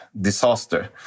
disaster